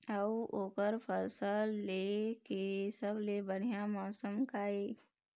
अऊ ओकर फसल लेय के सबसे बढ़िया मौसम का ये?